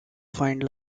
find